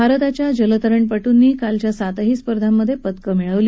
भारताच्या जलतरणपटूंनी कालच्या सातही स्पर्धांमधे पदकं मिळवली